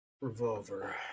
Revolver